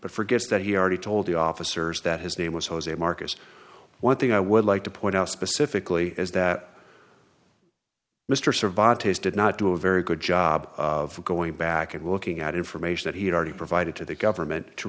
forgets that he already told the officers that his name was jose marcus one thing i would like to point out specifically is that mr survived his did not do a very good job of going back and looking at information that he had already provided to the government to